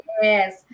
yes